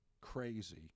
crazy